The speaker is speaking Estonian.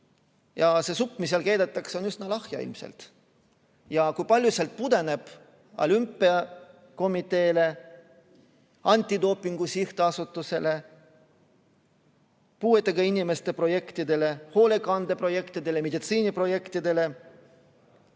see supp, mis seal keedetakse, on ilmselt üsna lahja. Kui palju sealt pudeneb olümpiakomiteele, antidopingu sihtasutusele, puuetega inimeste projektidele, hoolekandeprojektidele, meditsiiniprojektidele,